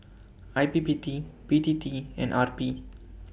I P P T B T T and R P